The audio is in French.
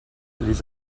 les